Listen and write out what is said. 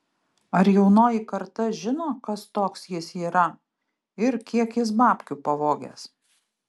ar jaunoji karta žino kas toks jis yra ir kiek jis babkių pavogęs